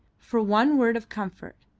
for one word of comfort,